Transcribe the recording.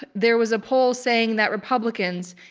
there was a poll saying that republicans,